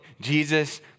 Jesus